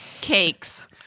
cakes